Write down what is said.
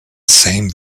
same